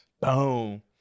boom